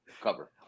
cover